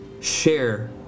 share